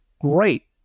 Great